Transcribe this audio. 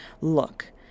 look